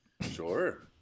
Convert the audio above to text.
Sure